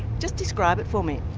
just describe it for me.